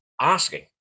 asking